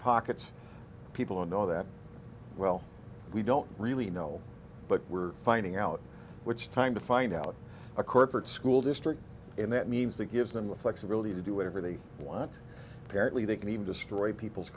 pockets people and all that well we don't really know but we're finding out which time to find out a corporate school district and that means that gives them the flexibility to do whatever they want parrot lee they can even destroy people's